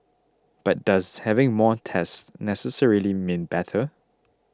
but does having more tests necessarily mean better